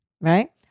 Right